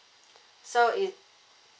so it